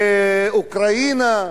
לאוקראינה,